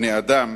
כבני-אדם